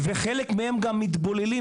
וחלק מהם גם מתבוללים,